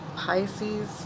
Pisces